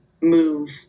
move